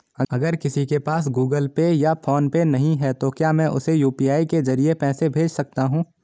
अगर किसी के पास गूगल पे या फोनपे नहीं है तो क्या मैं उसे यू.पी.आई के ज़रिए पैसे भेज सकता हूं?